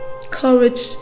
courage